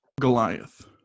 Goliath